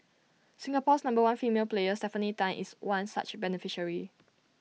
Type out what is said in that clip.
Singapore's number one female player Stefanie Tan is one such beneficiary